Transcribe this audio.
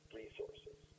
resources